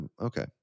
okay